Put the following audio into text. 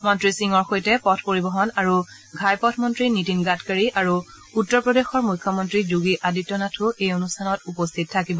মন্ত্ৰী সিঙৰ সৈতে পথ পৰিবহণ আৰু ঘাইপথ মন্ত্ৰী নীতিন গাডকাৰী আৰু উত্তৰ প্ৰদেশৰ মুখ্যমন্ত্ৰী যোগী আদিত্য নাথো এই অনুষ্ঠানত উপস্থিত থাকিব